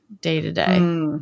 day-to-day